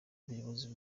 ubuyobozi